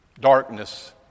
darkness